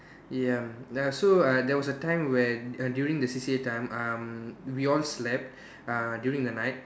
ya uh so uh there was a time when err during the C_C_A time um we all slept uh during the night